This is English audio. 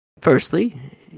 Firstly